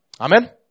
Amen